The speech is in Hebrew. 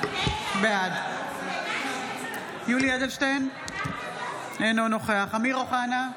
בעד יולי אדלשטיין אינו נוכח אמיר אוחנה,